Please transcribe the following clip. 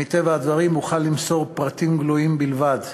מטבע הדברים אוכל למסור פרטים גלויים בלבד.